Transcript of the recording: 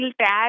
tag